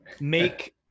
make